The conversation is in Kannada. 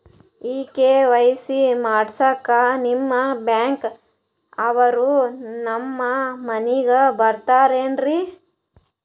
ಈ ಕೆ.ವೈ.ಸಿ ಮಾಡಸಕ್ಕ ನಿಮ ಬ್ಯಾಂಕ ಅವ್ರು ನಮ್ ಮನಿಗ ಬರತಾರೆನ್ರಿ?